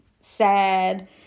sad